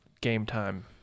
game-time